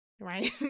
right